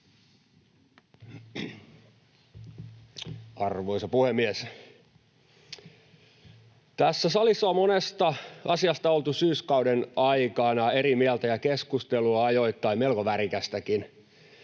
Arvoisa puhemies! Tässä salissa on monesta asiasta oltu syyskauden aikana eri mieltä, ja keskustelu on ajoittain melko värikästäkin.